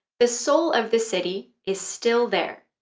the soul of the city is still there.